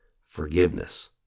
Forgiveness